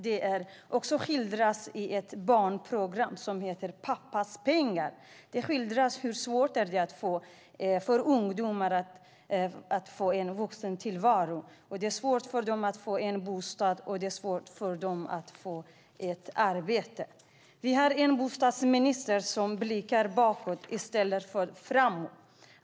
Det skildras också i ett barnprogram som heter Pappas pengar hur svårt det är för ungdomar att få en vuxentillvaro. Det är svårt för dem att få bostad och arbete. Vi har en bostadsminister som blickar bakåt i stället för framåt.